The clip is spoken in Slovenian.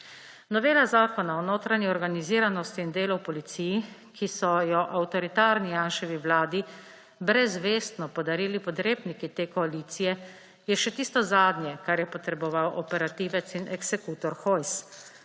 Novela zakona o notranji organiziranosti in delu v policiji, ki so jo avtoritarni Janševi vladi brezvestno podarili podrepniki te koalicije, je še tisto zadnje, kar je potreboval operativec in eksekutor Hojs.